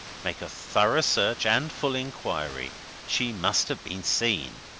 make a thorough search and full inquiry she must have been seen.